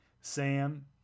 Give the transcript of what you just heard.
Sam